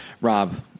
Rob